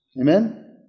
Amen